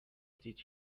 did